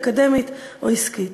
אקדמית או עסקית.